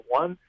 one